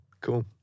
Cool